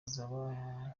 azaba